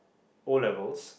O-levels